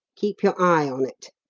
keep your eye on it.